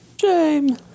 Shame